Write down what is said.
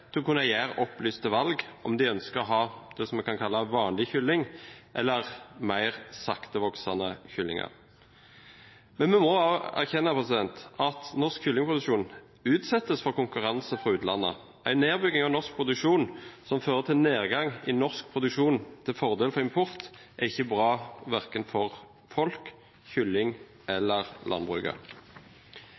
til å kunne foreta opplyste valg – om de ønsker å ha det som en kan kalle «vanlig» kylling, eller om de vil ha mer saktevoksende kyllinger. Men vi må også erkjenne at norsk kyllingproduksjon utsettes for konkurranse fra utlandet. En nedbygging av norsk produksjon til fordel for import, er ikke bra for verken folk, kylling eller